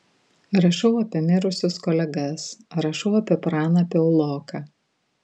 rašau apie mirusius kolegas rašau apie praną piauloką